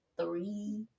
three